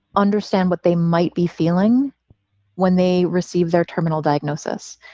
understand what they might be feeling when they receive their terminal diagnosis.